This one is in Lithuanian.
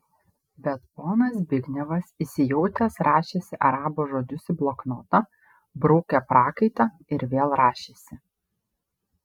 bet ponas zbignevas įsijautęs rašėsi arabo žodžius į bloknotą braukė prakaitą ir vėl rašėsi